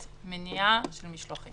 כמובן אנחנו לא דורשים ממנו להצהיר